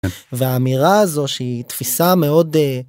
והאמירה הזו שהיא תפישה מאוד..